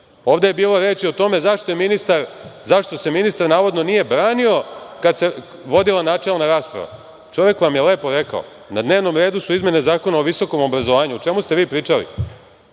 je bilo reči o tome zašto se ministar navodno nije branio kada se vodila načelna rasprava. Čovek vam je lepo rekao – na dnevnom redu su izmene Zakona o visokom obrazovanju. O čemu ste vi pričali?